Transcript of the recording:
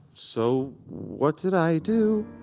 so what did i do?